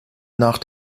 nach